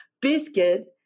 biscuit